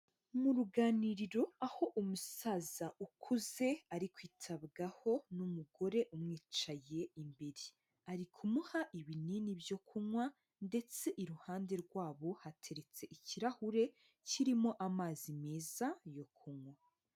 Mu ruganiriro aho umusaza ukuze ari kwitabwaho n'umugore umwicaye imbere. Ari kumuha ibinini byo kunywa ndetse iruhande rwabo hateretse ikirahure kirimo amazi meza yo kunywa.